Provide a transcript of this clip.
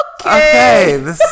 okay